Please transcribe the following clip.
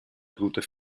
bruder